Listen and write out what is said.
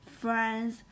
friends